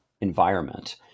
environment